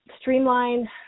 streamline